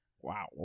Wow